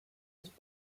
his